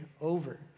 over